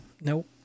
Nope